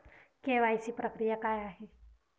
KYC प्रक्रिया काय आहे?